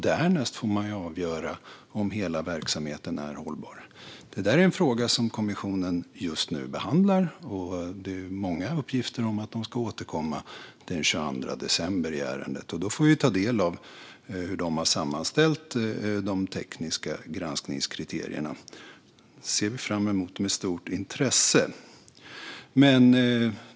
Därnäst får man avgöra om hela verksamheten är hållbar. Detta är en fråga som kommissionen just nu behandlar, och det finns många uppgifter om att de ska återkomma den 22 december i ärendet. Då får vi ta del av hur de har sammanställt de tekniska granskningskriterierna. Det ser vi fram emot med stort intresse.